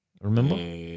Remember